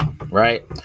right